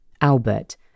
Albert